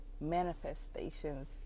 manifestations